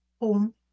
Home